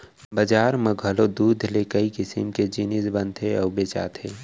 बजार म घलौ दूद ले कई किसम के जिनिस बनथे अउ बेचाथे